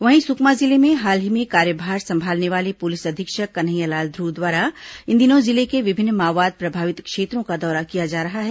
वहीं सुकमा जिले में हाल ही में कार्यभार संभालने वाले पुलिस अधीक्षक कन्हैयालाल ध्रुव द्वारा इन दिनों जिले के विभिन्न माओवाद प्रभावित क्षेत्रों का दौरा किया जा रहा है